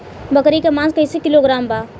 बकरी के मांस कईसे किलोग्राम बा?